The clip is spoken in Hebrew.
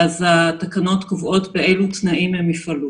התקנות קובעות באלו תנאים הם יפעלו.